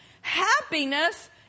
Happiness